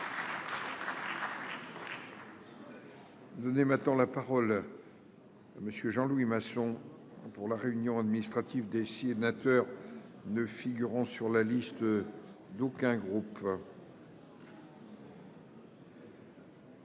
loi Santé. La parole est à M. Jean Louis Masson, pour la réunion administrative des sénateurs ne figurant sur la liste d'aucun groupe.